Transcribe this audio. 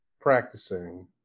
practicing